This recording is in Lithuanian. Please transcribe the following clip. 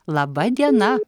laba diena